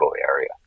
area